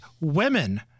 women